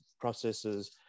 processes